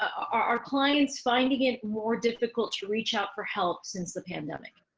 are clients, finding it more difficult to reach out for help since the pandemic?